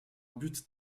but